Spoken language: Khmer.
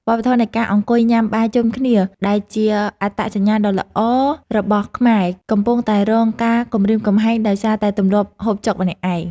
វប្បធម៌នៃការអង្គុយញ៉ាំបាយជុំគ្នាដែលជាអត្តសញ្ញាណដ៏ល្អរបស់ខ្មែរកំពុងតែរងការគំរាមកំហែងដោយសារតែទម្លាប់ហូបចុកម្នាក់ឯង។